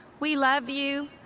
we love you.